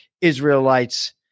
Israelites